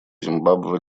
зимбабве